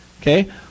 Okay